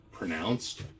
pronounced